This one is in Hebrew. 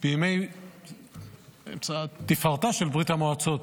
בימי תפארתה של ברית המועצות.